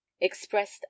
expressed